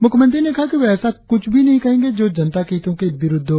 मुख्यमंत्री ने कहा कि वे ऐसा कुछ भी नही करेंगे जो जनता के हितों के विरुद्ध हो